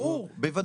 ברור, בוודאי.